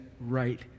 right